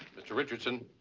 mr. richardson,